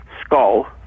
skull